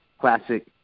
classic